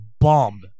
bomb